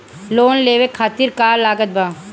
Loan लेवे खातिर का का लागत ब?